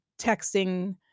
texting